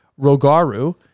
Rogaru